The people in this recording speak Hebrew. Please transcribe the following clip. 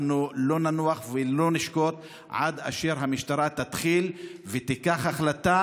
אנחנו לא ננוח ולא נשקוט עד אשר המשטרה תתחיל ותיקח החלטה